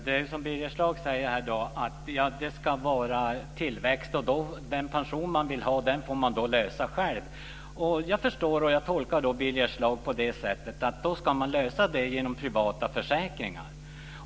Herr talman! Birger Schlaug säger att det ska vara tillväxt och att man själv får ordna den pension man vill ha. Jag tolkar då Birger Schlaug på det sättet att man ska lösa det genom privata försäkringar.